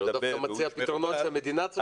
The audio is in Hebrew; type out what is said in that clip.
אבל הוא דווקא מציע פתרונות שהמדינה צריכה לתת.